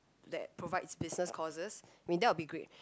that provides business courses mean that will be great